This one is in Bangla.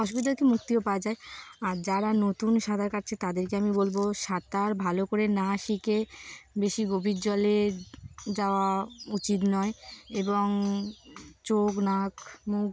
অসুবিধাতে মুক্তিও পাওয়া যায় আর যারা নতুন সাঁতার কাটছে তাদেরকে আমি বলবো সাঁতার ভালো করে না শিখে বেশি গভীর জলে যাওয়া উচিত নয় এবং চোখ নাক মুখ